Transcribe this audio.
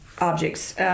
objects